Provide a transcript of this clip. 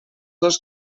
dos